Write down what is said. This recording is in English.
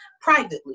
privately